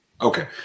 Okay